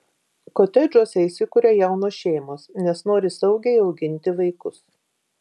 kotedžuose įsikuria jaunos šeimos nes nori saugiai auginti vaikus